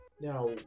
Now